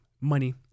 money